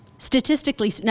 Statistically